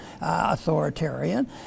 authoritarian